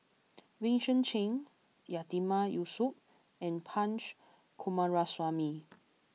Vincent Cheng Yatiman Yusof and Punch Coomaraswamy